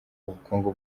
ubukungu